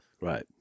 Right